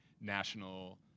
national